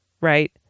right